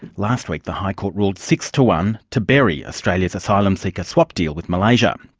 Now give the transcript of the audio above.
last week the high court ruled six to one to bury australia's asylum seeker swap deal with malaysia.